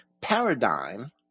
paradigm